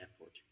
effort